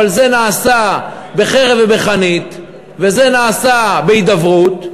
אבל זה נעשה בחרב ובחנית וזה נעשה בהידברות,